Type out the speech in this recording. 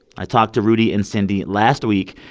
i talked to rudy and cindy last week.